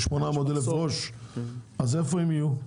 ב- 800 אלף ראש, אז איפה הם יהיו?